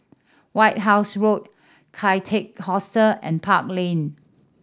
White House Road Kian Teck Hostel and Park Lane